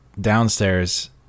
downstairs